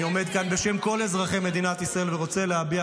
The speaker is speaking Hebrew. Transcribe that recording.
אני עומד כאן בשם כל אזרחי מדינת ישראל ורוצה להביע